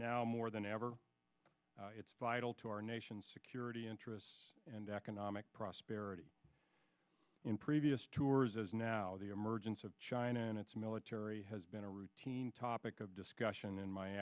now more than ever it's vital to our nation's security interests and economic prosperity in previous tours as now the emergence of china and its military has been a routine topic of discussion in my